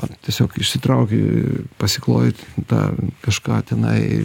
ar tiesiog išsitrauki pasiklojit tą kažką tenai